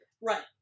right